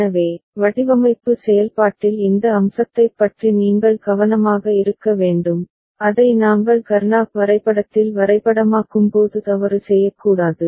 எனவே வடிவமைப்பு செயல்பாட்டில் இந்த அம்சத்தைப் பற்றி நீங்கள் கவனமாக இருக்க வேண்டும் அதை நாங்கள் கர்னாக் வரைபடத்தில் வரைபடமாக்கும்போது தவறு செய்யக்கூடாது